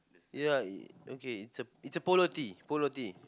ya it okay it's it's a polo tee polo tee